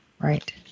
right